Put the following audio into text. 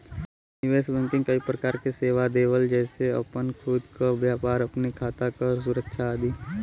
निवेश बैंकिंग कई प्रकार क सेवा देवलन जेसे आपन खुद क व्यापार, अपने खाता क सुरक्षा आदि